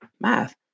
math